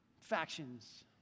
Factions